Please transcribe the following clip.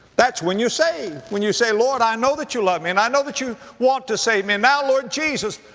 that's when you're saved. when you say, lord, i know that you love me and i know that you want to save me. and now lord jesus,